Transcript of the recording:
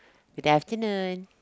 good afternoon